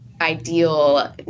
ideal